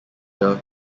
year